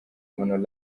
hon